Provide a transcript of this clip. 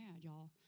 y'all